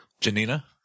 Janina